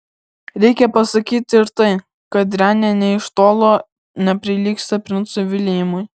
reikia pasakyti ir tai kad renė nė iš tolo neprilygsta princui viljamui